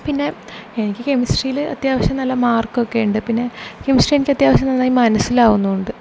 പിന്നെ എനിക്ക് കെമിസ്ട്രിയിൽ അത്യാവശ്യം നല്ല മാർക്കൊക്കെ ഉണ്ട് പിന്നെ കെമിസ്ട്രി എനിക്ക് അത്യാവശ്യം നന്നായി മനസിലാകുന്നുമുണ്ട്